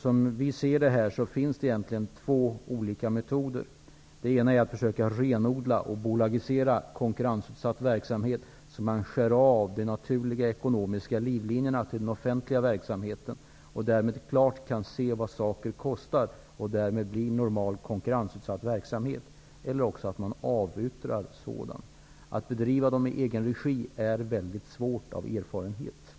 Som vi ser det finns det egentligen två olika metoder. Den ena är att man försöker renodla och bolagisera konkurrensutsatt verksamhet, så att man skär av de naturliga ekonomiska livlinorna till den offentliga verksamheten. Därmed kan man klart se vad saker kostar, och det blir normal konkurrensutsatt verksamhet. Den andra metoden är att man avyttrar konkurrensutsatt verksamhet. Av egen erfarenhet vet jag att det är svårt att bedriva sådan i egen regi.